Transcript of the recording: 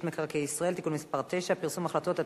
מקרקעי ישראל (תיקון מס' 9) (פרסום החלטות),